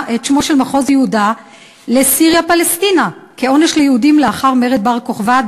של מחוז יהודה ל"סיריה פלשתינה" כעונש ליהודים לאחר מרד בר-כוכבא,